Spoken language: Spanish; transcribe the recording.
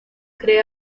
cree